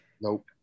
Nope